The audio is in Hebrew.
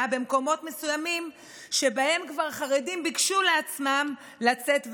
במקומות מסוימים שבהם כבר חרדים ביקשו לעצמם לצאת ללמוד.